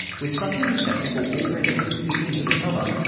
with such a receptacle all ready, even to the cover,